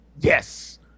Yes